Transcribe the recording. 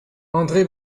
andré